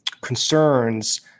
concerns